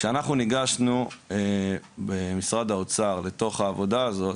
כשאנחנו ניגשנו במשרד האוצר לעבודה הזאת